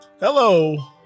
Hello